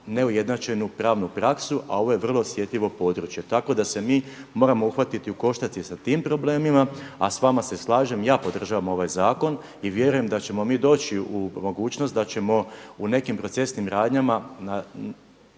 neujednačenu pravnu praksu, a ovo je vrlo osjetljivo područje, tako da se mi moramo uhvatiti u koštac i sa tim problema. A s vama se slažem, ja podržavam ovaj zakon i vjerujem da ćemo mi doći u mogućnost da ćemo u nekim procesnim radnjama